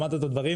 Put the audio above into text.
שמעת את הדברים.